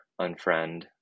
unfriend